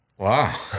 Wow